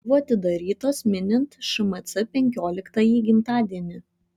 buvo atidarytos minint šmc penkioliktąjį gimtadienį